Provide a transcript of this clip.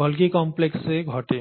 Golgi কমপ্লেক্সে ঘটে